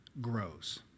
grows